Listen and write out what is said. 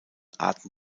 arten